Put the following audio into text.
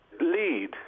lead